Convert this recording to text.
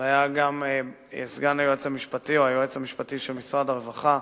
הוא היה גם סגן היועץ המשפטי או היועץ המשפטי של משרד הרווחה.